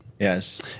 Yes